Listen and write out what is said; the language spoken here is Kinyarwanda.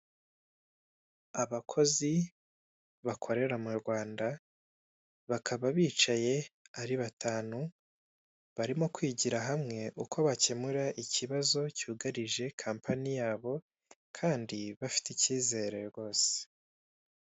Abakozi bakorera mu Rwanda bakaba bicaye ari batanu barimo kwigira hamwe uko bakemura ikibazo cyugarije kampani yabo kandi bafite ikizere rwose.